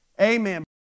Amen